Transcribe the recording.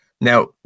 Now